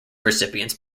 recipients